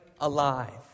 alive